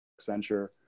Accenture